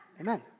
Amen